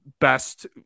best